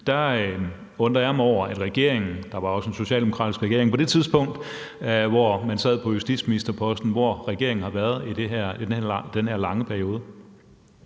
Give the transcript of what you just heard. Der undrer jeg mig over, hvor regeringen – der var også en socialdemokratisk regering på det tidspunkt, hvor man sad på justitsministerposten – har været i forhold til det i den her lange periode.